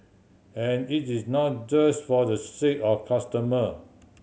and it is not just for the sake of costumer